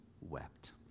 wept